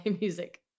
music